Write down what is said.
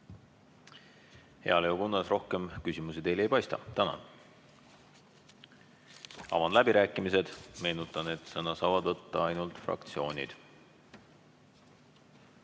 Hea Leo Kunnas, rohkem küsimusi teile ei paista. Tänan! Avan läbirääkimised ja meenutan, et sõna saavad võtta ainult fraktsioonid.